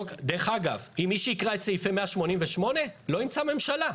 דרך אגב, מי שיקרא את סעיפי 188 לא ימצא ממשלה.